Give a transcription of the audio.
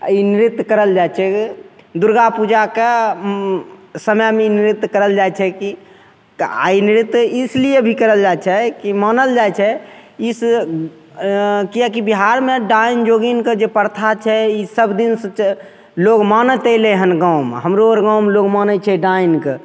आओर ई नृत्य करल जाइ छै दुरगापूजाके समयमे ई नृत्य करल जाइ छै कि तऽ आओर ई नृत्य इसलिए भी करल जाइ छै कि मानल जाइ छै इस अँ किएकि बिहारमे डाइन जोगिनके जे प्रथा छै ई सबदिनसे लोग मानैत अएलै हँ गाममे हमरो आओर गाममे लोक मानै छै डाइनके